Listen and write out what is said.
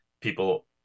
people